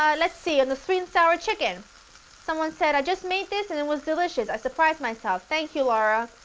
um let's see, on the sweet and sour chicken someone said i just made this and it was delicious, i surprised myself, thank you laura,